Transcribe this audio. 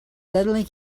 suddenly